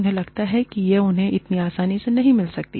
उन्हें लगता है कि यह उन्हें इतनी आसानी से नहीं मिल सकती